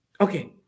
Okay